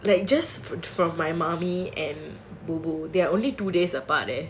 like just from my mummy and bubu they are only two days apart leh